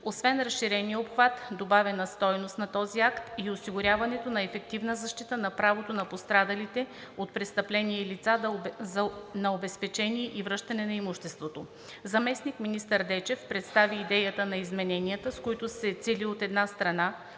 Освен разширения обхват добавена стойност на този акт е и осигуряването на ефективна защита на правото на пострадалите от престъпление лица на обезщетение и връщане на имущество. Заместник-министър Дечев представи идеята на измененията, с които се цели, от една страна,